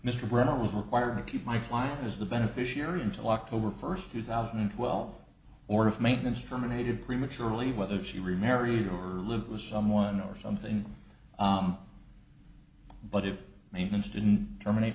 brennan was required to keep my file as the beneficiary until october first two thousand and twelve or if maintenance terminated prematurely whether she remarried over live with someone or something but if maintenance didn't terminate